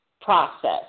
process